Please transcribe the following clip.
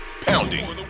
pounding